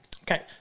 okay